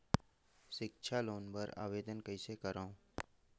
सिक्छा लोन बर आवेदन कइसे करव?